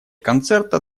концерта